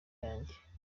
yanjye